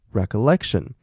recollection